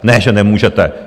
Ne že nemůžete.